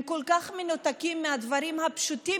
הם כל כך מנותקים מהדברים הפשוטים